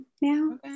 now